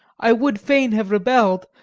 i would fain have rebelled,